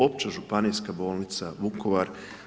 Opća županijska bolnica Vukovar.